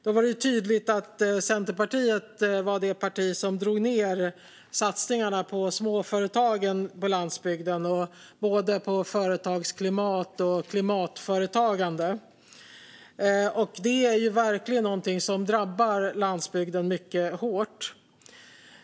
Då var det tydligt att Centerpartiet var det parti som drog ned satsningarna på småföretagen på landsbygden vad gäller både företagsklimat och klimatföretagande. Det är verkligen någonting som drabbar landsbygden mycket hårt.